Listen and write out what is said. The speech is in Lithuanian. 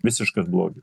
visiškas blogis